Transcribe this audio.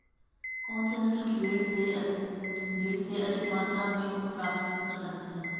कौनसी नस्ल की भेड़ से अधिक मात्रा में ऊन प्राप्त कर सकते हैं?